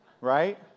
right